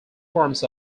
forms